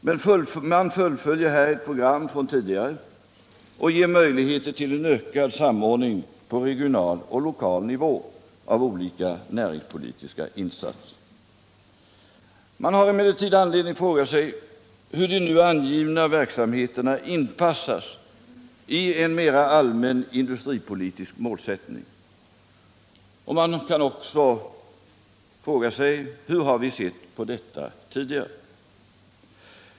Man fullföljer här ett program från tidigare och ger möjligheter till en ökad samordning på regional och lokal nivå av olika näringspolitiska insatser. Mean har emellertid anledning att fråga sig hur de nu angivna verksamheterna inpassats i en mer allmän industripolitisk målsättning. Man kan också fråga sig: Hur har vi sett på detta tidigare?